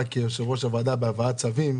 כיושב-ראש הוועדה בהבאת צווים,